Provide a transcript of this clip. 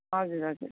हजुर हजुर